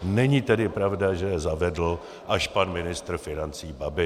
Není tedy pravda, že je zavedl až pan ministr financí Babiš.